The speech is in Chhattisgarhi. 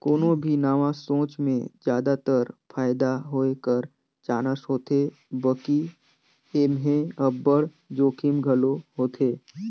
कोनो भी नावा सोंच में जादातर फयदा होए कर चानस होथे बकि एम्हें अब्बड़ जोखिम घलो होथे